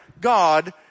God